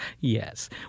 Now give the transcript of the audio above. Yes